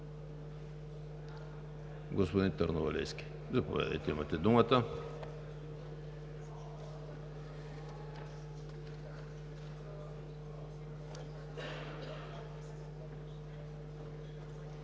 Господин Търновалийски, заповядайте. Имате думата.